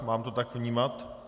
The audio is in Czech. Mám to tak vnímat?